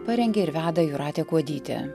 parengė ir veda jūratė kuodytė